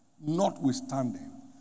notwithstanding